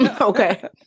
okay